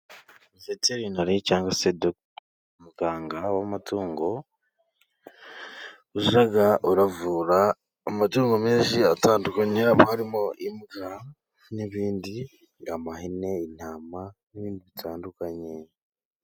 Veterinari cyangwa dogita, muganga w'amatungo ujya avura amatungo menshi atandukanye, harimo imbwa n'ibindi, ihene, intama n'ibindi bitandukanye.